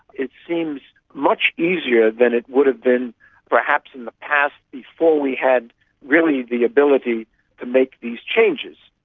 it seems much easier than it would have been perhaps in the past before we had really the ability to make these changes.